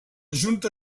junta